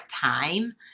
time